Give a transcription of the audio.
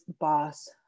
boss